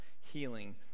healing